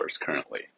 currently